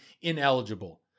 ineligible